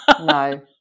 no